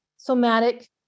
somatic